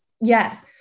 Yes